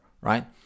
Right